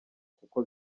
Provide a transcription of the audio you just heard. kuko